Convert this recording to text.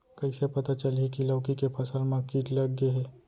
कइसे पता चलही की लौकी के फसल मा किट लग गे हे?